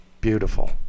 Beautiful